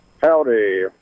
Howdy